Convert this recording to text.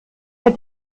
der